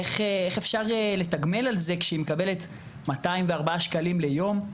איך אפשר לתגמל על זה כשהיא מקבלת 204 שקלים ליום?